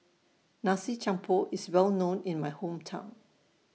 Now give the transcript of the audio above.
Nasi Campur IS Well known in My Hometown